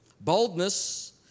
Boldness